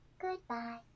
Goodbye